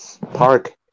Park